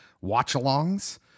Watch-alongs